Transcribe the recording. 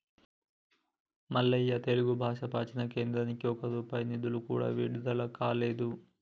మల్లయ్య తెలుగు భాష ప్రాచీన కేంద్రానికి ఒక్క రూపాయి నిధులు కూడా విడుదల కాలేదు